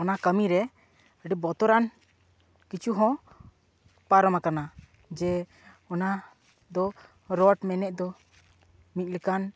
ᱚᱱᱟ ᱠᱟᱹᱢᱤ ᱨᱮ ᱟᱹᱰᱤ ᱵᱚᱛᱚᱨᱟᱱ ᱠᱤᱪᱷᱩ ᱦᱚᱸ ᱯᱟᱨᱚᱢ ᱟᱠᱟᱱᱟ ᱡᱮ ᱚᱱᱟᱫᱚ ᱨᱚᱰ ᱢᱮᱱᱮᱫ ᱫᱚ ᱢᱤᱫ ᱞᱮᱠᱟᱱ